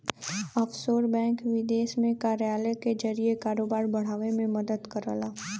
offshore bank विदेश में कार्यालय के जरिए कारोबार बढ़ावे में मदद करला